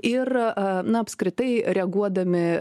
ir na apskritai reaguodami